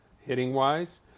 hitting-wise